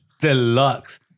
deluxe